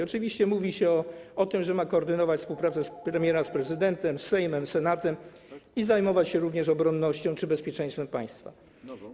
Oczywiście mówi się o tym, że ma koordynować współpracę premiera z prezydentem, Sejmem, Senatem i zajmować się również obronnością czy bezpieczeństwem państwa.